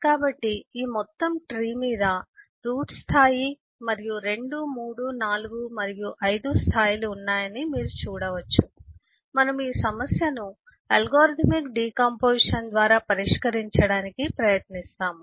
కాబట్టి ఈ మొత్తం ట్రీ మీద రూట్ స్థాయి మరియు 234 మరియు 5 స్థాయిలు ఉన్నాయని మీరు చూడవచ్చు మనము ఈ సమస్యను అల్గోరిథమిక్ డికాంపొజిషన్ ద్వారా పరిష్కరించడానికి ప్రయత్నిస్తాము